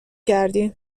کردیم